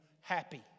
happy